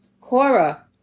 Cora